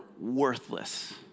worthless